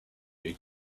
you